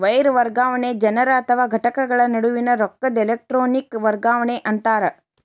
wire ವರ್ಗಾವಣೆ ಜನರ ಅಥವಾ ಘಟಕಗಳ ನಡುವಿನ್ ರೊಕ್ಕದ್ ಎಲೆಟ್ರೋನಿಕ್ ವರ್ಗಾವಣಿ ಅಂತಾರ